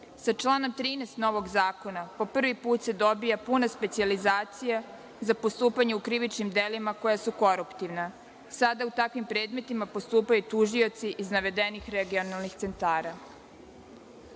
članom 13. novog zakona po prvi put se dobija puna specijalizacija za postupanje u krivičnim delima koja su koruptivna. Sada u takvim predmetima postupaju tužioci iz navedenih regionalnih